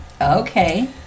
Okay